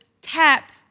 tap